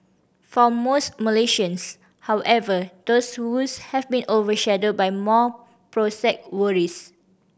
for most Malaysians however these woes have been overshadowed by more prosaic worries